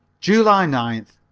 july ninth.